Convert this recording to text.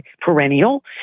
perennial